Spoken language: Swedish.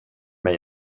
mig